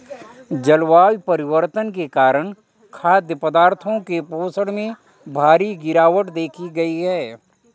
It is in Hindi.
जलवायु परिवर्तन के कारण खाद्य पदार्थों के पोषण में भारी गिरवाट देखी गयी है